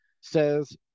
says